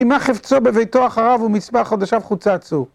כי מה חפצו בביתו אחריו ומספר חודשיו חוצצו